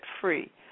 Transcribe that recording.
free